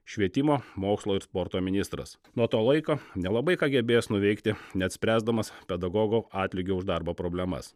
švietimo mokslo ir sporto ministras nuo to laiko nelabai ką gebės nuveikti net spręsdamas pedagogo atlygio už darbą problemas